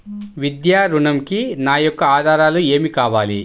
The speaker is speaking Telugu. విద్యా ఋణంకి నా యొక్క ఆధారాలు ఏమి కావాలి?